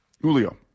Julio